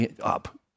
up